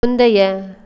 முந்தைய